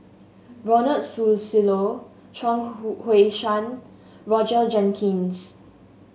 Ronald Susilo Chuang Hui Tsuan Roger Jenkins